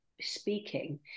speaking